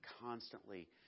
constantly